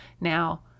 now